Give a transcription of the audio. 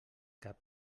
cap